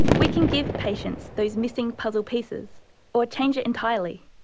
we can give patients those missing puzzle pieces or change it entirely.